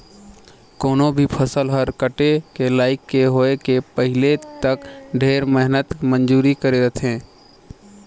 कोनो भी फसल हर काटे के लइक के होए के पहिले तक ढेरे मेहनत मंजूरी करे रथे